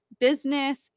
business